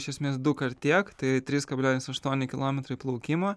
iš esmės dukart tiek tai trys kablelis aštuoni kilometrai plaukimo